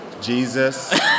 Jesus